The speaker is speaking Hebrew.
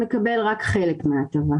מקבל רק חלק מההטבה.